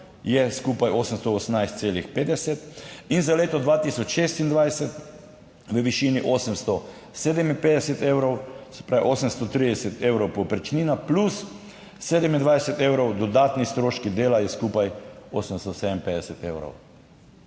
je skupaj 818,50 in za leto 2026 v višini 857 evrov, se pravi 830 evrov povprečnina plus 27 evrov dodatni stroški dela je skupaj 857 evrov.